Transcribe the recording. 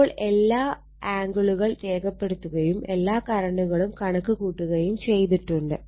അപ്പോൾ എല്ലാ ആംഗിളുകൾ രേഖപ്പെടുത്തുകയും എല്ലാ കറണ്ടുകളും കണക്ക് കൂട്ടുകയും ചെയ്തിട്ടുണ്ട്